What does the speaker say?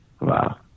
Wow